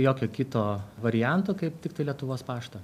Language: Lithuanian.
jokio kito varianto kaip tiktai lietuvos paštą